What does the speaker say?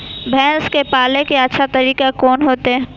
भैंस के पाले के अच्छा तरीका कोन होते?